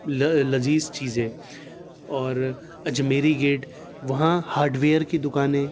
لذیذ چیزیں اور اجمیری گیٹ وہاں ہارڈ ویئر کی دکانیں